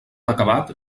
acabat